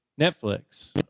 Netflix